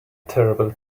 terrible